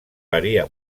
varía